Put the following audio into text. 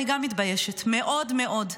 אני גם מתביישת מאוד מאוד.